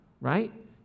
right